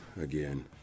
again